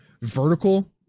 vertical